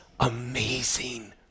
amazing